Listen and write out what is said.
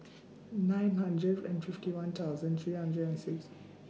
nine hundred and fifty one thousand three hundred and six